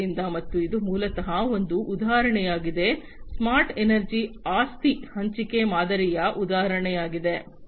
ಆದ್ದರಿಂದ ಮತ್ತು ಇದು ಮೂಲತಃ ಒಂದು ಉದಾಹರಣೆಯಾಗಿದೆ ಸ್ಮಾರ್ಟ್ ಎನರ್ಜಿ ಆಸ್ತಿ ಹಂಚಿಕೆ ಮಾದರಿಯ ಉದಾಹರಣೆಯಾಗಿದೆ